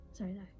Sorry